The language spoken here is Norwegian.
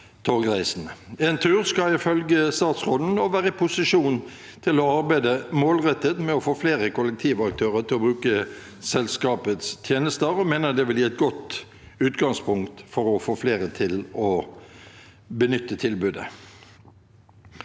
Entur skal ifølge statsråden nå være i posisjon til å arbeide målrettet med å få flere kollektivaktører til å bruke selskapets tjenester og mener det vil gi et godt utgangspunkt for å få flere til å benytte tilbudet.